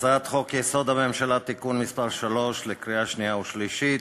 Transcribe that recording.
הצעת חוק-יסוד: הממשלה (תיקון מס' 3) לקריאה שנייה ושלישית.